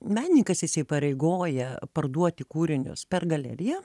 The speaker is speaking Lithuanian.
menininkas įsipareigoja parduoti kūrinius per galeriją